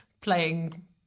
playing